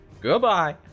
Goodbye